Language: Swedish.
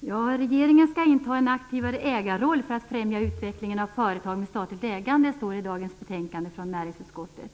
Fru talman! Regeringen skall inta en aktivare ägarroll för att främja utvecklingen av företag med statligt ägande, står det i dagens betänkande från näringsutskottet.